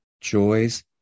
joys